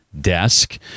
desk